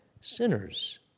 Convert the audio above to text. sinners